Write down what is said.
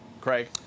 Craig